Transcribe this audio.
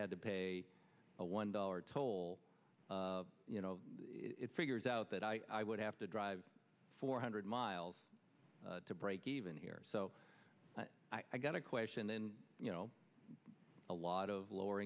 had to pay a one dollar toll you know it figures out that i would have to drive four hundred miles to break even here so i got a question then you know a lot of lower